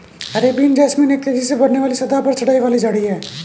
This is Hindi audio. अरेबियन जैस्मीन एक तेजी से बढ़ने वाली सदाबहार चढ़ाई वाली झाड़ी है